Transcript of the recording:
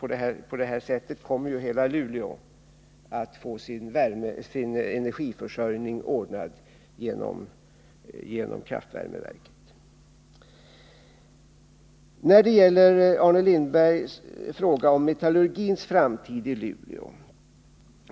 På det här sättet kommer ju hela Luleå att få sin energiförsörjning ordnad genom kraftvärmeverket. Arne Lindberg frågar om metallurgins framtid i Sverige.